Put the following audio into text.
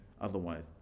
otherwise